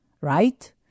right